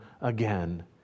again